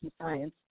science